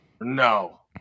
No